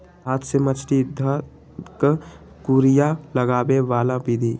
हाथ से मछरी ध कऽ कुरिया लगाबे बला विधि